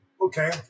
okay